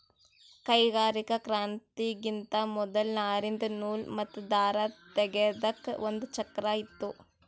ಕೈಗಾರಿಕಾ ಕ್ರಾಂತಿಗಿಂತಾ ಮೊದಲ್ ನಾರಿಂದ್ ನೂಲ್ ಮತ್ತ್ ದಾರ ತೇಗೆದಕ್ ಒಂದ್ ಚಕ್ರಾ ಇತ್ತು